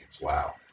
Wow